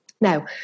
Now